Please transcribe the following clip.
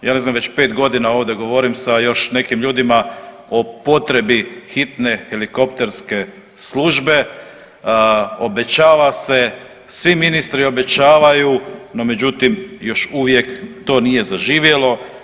Ja ne znam već 5.g. ovdje govorim sa još nekim ljudima o potrebi hitne helikopterske službe, obećava se, svi ministri obećavaju, no međutim još uvijek to nije zaživjelo.